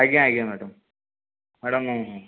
ଆଜ୍ଞା ଆଜ୍ଞା madam madam ମୁଁ